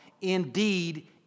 Indeed